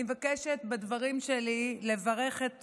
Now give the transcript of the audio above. אני מבקשת בדברים שלי לברך את